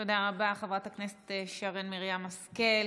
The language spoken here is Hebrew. תודה רבה, חברת הכנסת שרן מרים השכל.